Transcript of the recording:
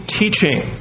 teaching